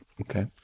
Okay